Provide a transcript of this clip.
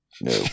No